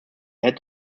had